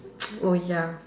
oh ya